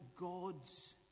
God's